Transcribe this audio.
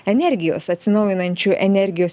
energijos atsinaujinančių energijos